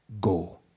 go